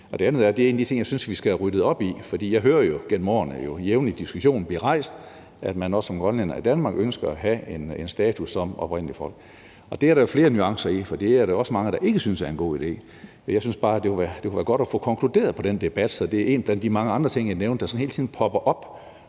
det andet er det en af de ting, jeg synes vi skal have ryddet op i. For jeg hører jo gennem årene jævnligt den diskussion blive rejst, at man også som grønlænder i Danmark ønsker at have en status som oprindeligt folk. Og det er der jo flere nuancer i, for det er der også mange der ikke synes er en god idé. Jeg synes bare, det kunne være godt at få konkluderet på den debat. Så det er en blandt mange andre ting, jeg nævnte, der sådan hele tiden popper op.